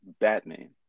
Batman